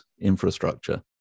infrastructure